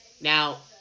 now